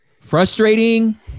frustrating